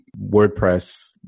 WordPress